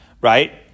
right